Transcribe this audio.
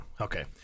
okay